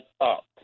up